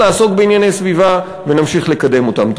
לעסוק בענייני סביבה ונמשיך לקדם אותם.